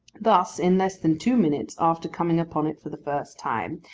thus, in less than two minutes after coming upon it for the first time,